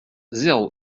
zéro